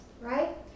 right